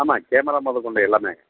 ஆமாம் கேமரா முதக் கொண்டு எல்லாமே